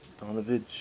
Donovich